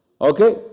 okay